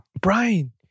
Brian